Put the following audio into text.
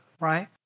Right